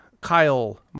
Kyle